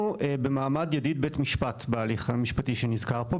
אנחנו במעמד ידיד בית משפט בהליך המשפטי שמוזכר פה.